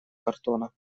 картона